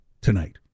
tonight